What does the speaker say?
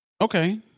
okay